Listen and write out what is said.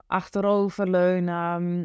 achteroverleunen